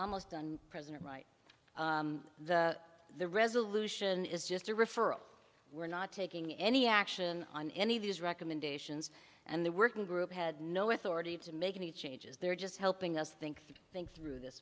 almost done present right the resolution is just a referral we're not taking any action on any of these recommendations and the working group had no authority to make any changes they're just helping us think think through this